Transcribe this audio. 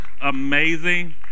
amazing